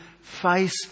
face